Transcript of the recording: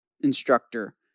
instructor